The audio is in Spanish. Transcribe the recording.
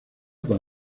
con